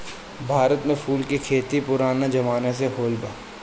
भारत में फूल के खेती पुराने जमाना से होरहल बा